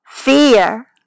fear